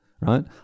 right